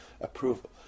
approval